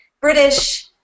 British